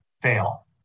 fail